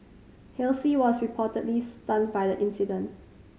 Halsey was reportedly stunned by the incident